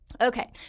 Okay